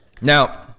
Now